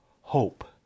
hope